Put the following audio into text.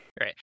right